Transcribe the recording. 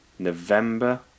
November